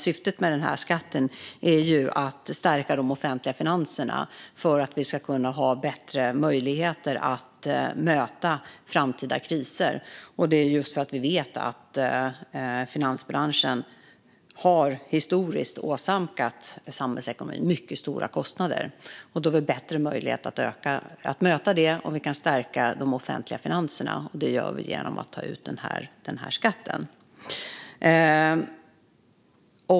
Syftet med den här skatten är i stället att stärka de offentliga finanserna för att vi ska kunna ha bättre möjligheter att möta framtida kriser, detta just för att vi vet att finansbranschen historiskt sett har åsamkat samhällsekonomin mycket stora kostnader. Vi får bättre möjligheter att möta detta om vi kan stärka de offentliga finanserna, och det gör vi genom att ta ut den här skatten.